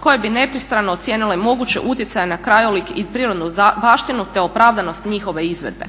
koje bi nepristrano ocijenile moguće utjecaja na krajolik i prirodnu baštinu te opravdanost njihove izvedbe.